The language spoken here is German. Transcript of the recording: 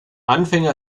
anfänge